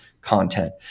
content